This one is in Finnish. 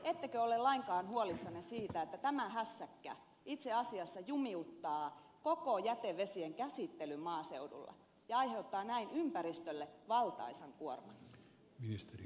ettekö ole lainkaan huolissanne siitä että tämä hässäkkä itse asiassa jumiuttaa koko jätevesien käsittelyn maaseudulla ja aiheuttaa näin ympäristölle valtaisan kuorman